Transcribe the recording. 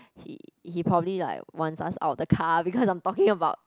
he he probably like wants us out of the car because I'm talking about